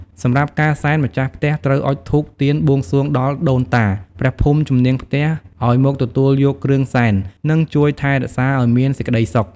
សម្រាប់ការសែន ម្ចាស់ផ្ទះត្រូវអុជធូប ទៀន បួងសួងដល់ដូនតា ព្រះភូមិ ជំនាងផ្ទះ ឲ្យមកទទួលយកគ្រឿងសែន និងជួយថែរក្សាឲ្យមានសេចក្តីសុខ។